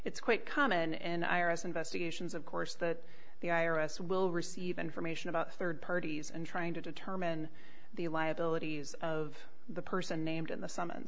it's quite common and iris investigations of course that the i r s will receive information about rd parties and trying to determine the liabilities of the person named in the summ